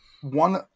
one